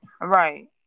Right